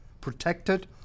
protected